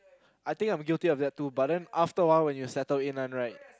I think I'm guilty of that too but then after a while when settle in one right